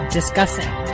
discussing